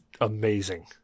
amazing